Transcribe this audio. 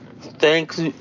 thanks